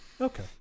Okay